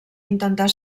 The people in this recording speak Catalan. intentar